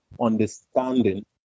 understanding